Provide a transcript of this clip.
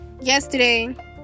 yesterday